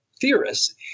theorists